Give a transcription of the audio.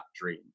dream